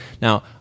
Now